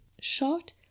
Short